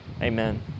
amen